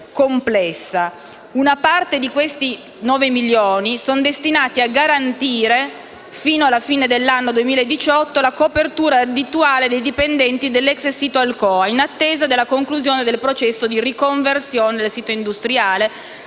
Una parte di questi 9 milioni è destinata a garantire, fino alla fine dell'anno 2018, la copertura abituale dei dipendenti dell'ex sito Alcoa, in attesa della conclusione del processo di riconversione del sito industriale,